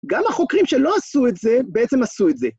גם החוקרים שלא עשו את זה, בעצם עשו את זה.